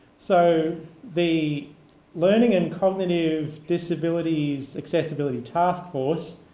so the learning and cognitive disabilities accessibility taskforce